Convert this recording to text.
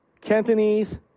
Cantonese